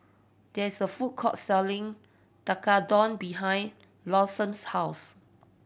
there is a food court selling Tekkadon behind Lawson's house